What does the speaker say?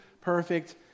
perfect